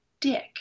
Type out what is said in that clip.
dick